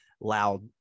loud